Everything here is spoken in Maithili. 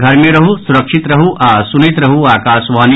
घर मे रहू सुरक्षित रहू आ सुनैत रहू आकाशवाणी